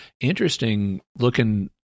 interesting-looking